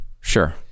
Sure